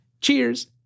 Cheers